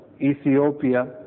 Ethiopia